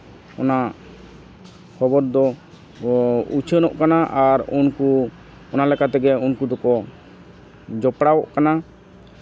ᱚᱱᱟ ᱠᱷᱚᱵᱚᱨ ᱫᱚ ᱩᱪᱷᱟᱹᱱᱚᱜ ᱠᱟᱱᱟ ᱟᱨ ᱩᱱᱠᱩ ᱚᱱᱟ ᱞᱮᱠᱟ ᱛᱮᱜᱮ ᱩᱱᱠᱩ ᱫᱚᱠᱚ ᱡᱚᱯᱲᱟᱣᱚᱜ ᱠᱟᱱᱟ